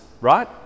right